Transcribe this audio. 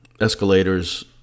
Escalators